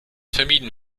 vermieden